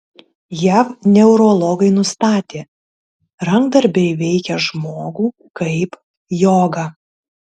jav neurologai nustatė rankdarbiai veikia žmogų kaip joga